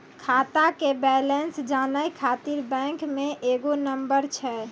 खाता के बैलेंस जानै ख़ातिर बैंक मे एगो नंबर छै?